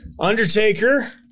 Undertaker